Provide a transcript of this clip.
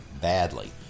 badly